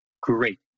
great